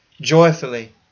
joyfully